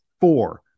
four